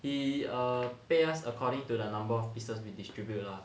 he err pay us according to the number of pieces we distribute lah